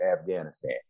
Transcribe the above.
Afghanistan